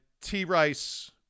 T-Rice